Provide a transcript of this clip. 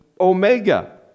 Omega